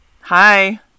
Hi